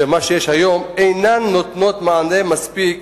מה שיש היום, אינן נותנות מענה מספיק